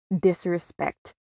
disrespect